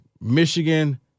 Michigan